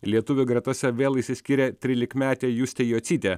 lietuvių gretose vėl išsiskyrė trylikmetė justė jocytė